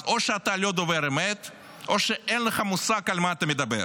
אז או שאתה לא דובר אמת או שאין לך מושג על מה אתה מדבר.